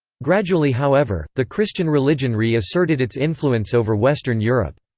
gradually however, the christian religion re-asserted its influence over western europe.